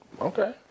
Okay